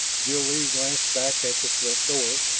jil-lee glanced back at the slit door,